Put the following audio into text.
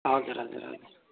हजुर हजुर हजुर